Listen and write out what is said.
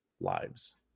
lives